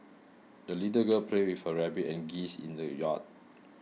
the little girl played with her rabbit and geese in the yard